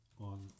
on